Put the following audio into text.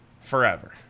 forever